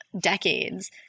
decades